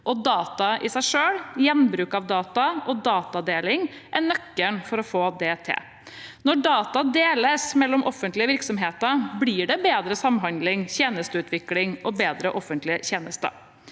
data i seg selv, gjenbruk av data og datadeling er nøkkelen for å få det til. Når data deles mellom offentlige virksomheter, blir det bedre samhandling, tjenesteutvikling og bedre offentlige tjenester.